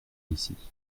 ici